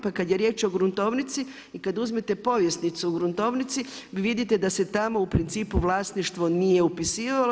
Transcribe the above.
Pa kada je riječ o gruntovnici i kada uzmete povjesnicu u gruntovnici vidite da se tamo u principu vlasništvo nije upisivalo.